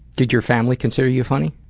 did your family consider you funny?